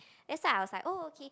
that's why I was like oh okay